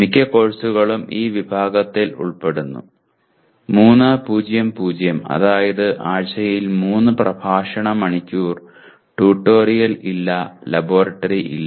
മിക്ക കോഴ്സുകളും ഈ വിഭാഗത്തിൽ പെടുന്നു 3 0 0 അതായത് ആഴ്ചയിൽ 3 പ്രഭാഷണ മണിക്കൂർ ട്യൂട്ടോറിയൽ ഇല്ല ലബോറട്ടറി ഇല്ല